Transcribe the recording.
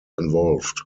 involved